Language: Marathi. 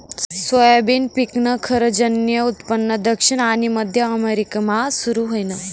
सोयाबीन पिकनं खरंजनं उत्पन्न दक्षिण आनी मध्य अमेरिकामा सुरू व्हयनं